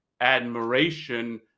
admiration